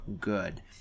good